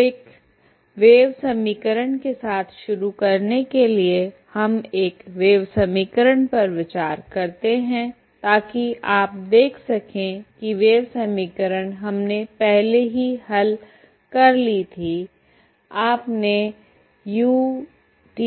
तो एक वेव समीकरण के साथ शुरू करने के लिए हम एक वेव समीकरण पर विचार करते हैं ताकि आप देख सकें कि वेव समीकरण हमने पहले ही हल कर लि थी आपने utt